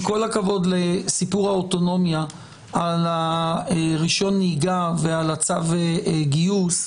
עם כל הכבוד לסיפור האוטונומיה על רישיון הנהיגה ועל צו הגיוס,